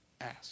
ask